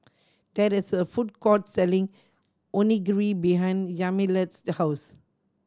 there is a food court selling Onigiri behind Yamilet's house